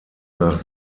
nach